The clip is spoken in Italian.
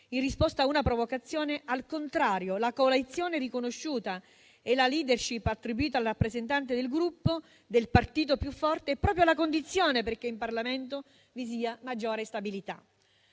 In risposta a una provocazione diceva che, al contrario, la coalizione riconosciuta e la *leadership* attribuita al rappresentante del Gruppo del partito più forte è proprio la condizione perché in Parlamento vi sia maggiore stabilità.